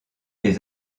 les